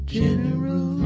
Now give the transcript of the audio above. general